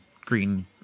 green